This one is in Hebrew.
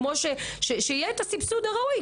שיהיה את הסבסוד הראוי,